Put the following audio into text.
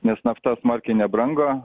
nes nafta smarkiai nebrango